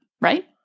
right